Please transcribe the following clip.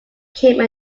became